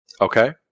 Okay